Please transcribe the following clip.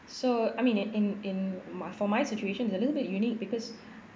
so I mean in in in my for my situation is a little bit unique because